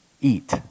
eat